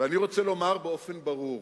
ואני רוצה לומר באופן ברור: